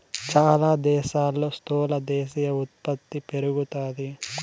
చాలా దేశాల్లో స్థూల దేశీయ ఉత్పత్తి పెరుగుతాది